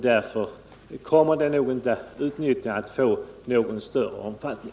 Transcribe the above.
Därför kommer nog inte utnyttjandet av den nya möjligheten att få någon större omfattning.